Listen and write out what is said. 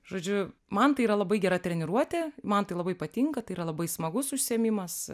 žodžiu man tai yra labai gera treniruotė man tai labai patinka tai yra labai smagus užsiėmimas